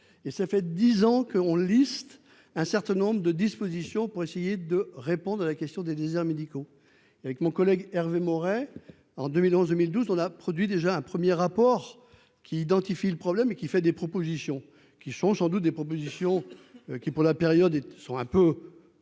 et ça fait 10 ans qu'on liste un certain nombre de dispositions pour essayer de répondre à la question des déserts médicaux avec mon collègue Hervé Maurey, en 2011, 2012 on a produit déjà un 1er rapport qui identifie le problème et qui fait des propositions qui sont sans doute des propositions qui, pour la période et sont un peu